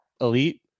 elite